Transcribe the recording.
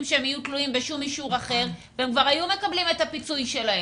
בשום אישור אחר והם כבר היו מקבלים את הפיצוי שלהם.